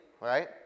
right